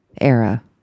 era